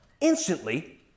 Instantly